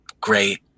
great